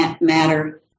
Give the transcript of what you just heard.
matter